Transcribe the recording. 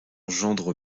gendre